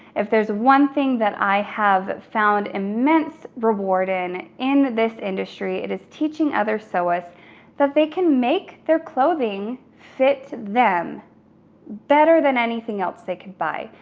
if there's one thing that i have found immense rewarding in this industry, it is teaching other so sewers that they can make their clothing fit them better than anything else they could buy.